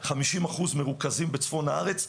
50% מרוכזים בצפון הארץ.